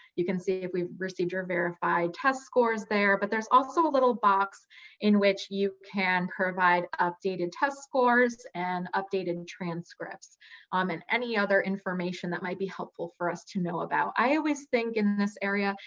you can see if we've received your verified test scores there. but there's also a little box in which you can provide updated test scores and updated and transcripts um and any other information that might be helpful for us to know about. i always think in this area,